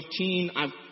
15